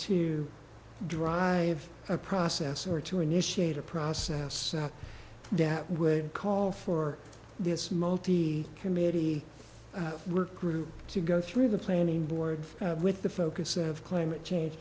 to drive a process or to initiate a process that would call for this multi committee work group to go through the planning board with the focus of climate change